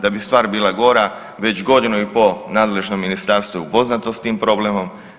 Da bi stvar bila gora, već godinu i pol nadležno ministarstvo je upoznato s tim problemom.